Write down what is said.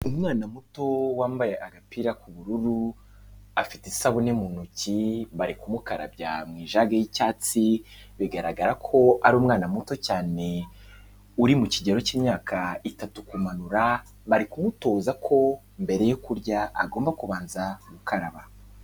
Umwana muto wambaye agapira k'ubururu afite isabune mu ntoki bari kumukarabya mu ijaga y'icyatsi, bigaragara ko ari umwana muto cyane uri mu kigero cy'imyaka itatu kumanura, bari kumutoza ko mbere yo kurya agomba kubanza gukaraba.